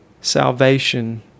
salvation